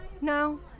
no